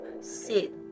sit